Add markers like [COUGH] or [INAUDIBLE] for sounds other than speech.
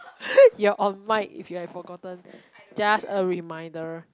[LAUGHS] you are on mic if you have forgotten just a reminder